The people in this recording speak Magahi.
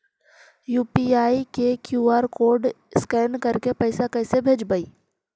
यु.पी.आई के कियु.आर कोड स्कैन करके पैसा कैसे भेजबइ?